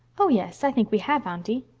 oh, yes. i think we have, aunty,